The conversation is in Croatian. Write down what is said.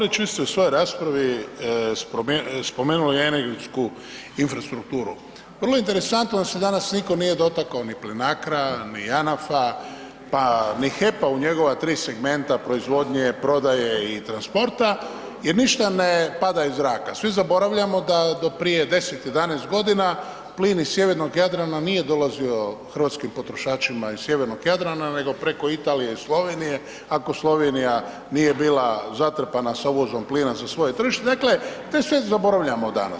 Kolega Borić, vi ste u svojoj raspravi spomenuli energetsku infrastrukturu, vrlo interesantno da se danas niko nije dotakao ni Plinacro-a, ni JANAF-a, pa ni HEP-a u njegova 3 segmenta proizvodnje, prodaje i transporta jer ništa ne pada iz zraka, svi zaboravljamo da do prije 10-11.g. plin iz Sjevernog Jadrana nije dolazio hrvatskim potrošačima iz Sjevernog Jadrana nego preko Italije i Slovenije, ako Slovenija nije bila zatrpana sa uvozom plina za svoje tržište, dakle to sve zaboravljamo danas.